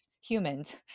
humans